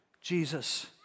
Jesus